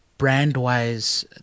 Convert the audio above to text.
Brand-wise